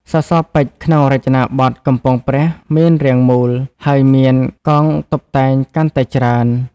សសរពេជ្រក្នុងរចនាបថកំពង់ព្រះមាន រាងមូល ហើយមាន កងតុបតែង កាន់តែច្រើន។